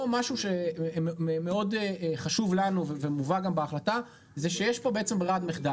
פה משהו שמאוד חשוב לנו זה שיש פה הוראת מחדל.